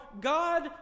God